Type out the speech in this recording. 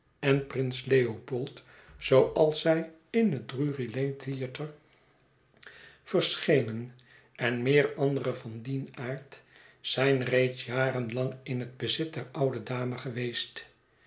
en prins leopold zooals zij in het drury lane theatre verscheneiij en meer andere van dien aard zijn reeds jaren lang in het bezit der oude dame geweest